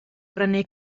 brynu